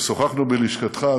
כששוחחנו בלשכתך,